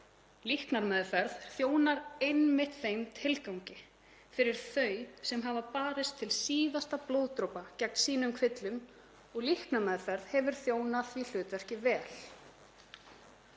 Líknarmeðferð þjónar einmitt þeim tilgangi fyrir þau sem hafa barist til síðasta blóðdropa gegn sínum kvillum og líknarmeðferð hefur þjónað því hlutverki vel.